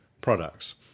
products